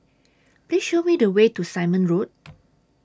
Please Show Me The Way to Simon Road